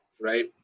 right